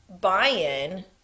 buy-in